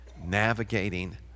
Navigating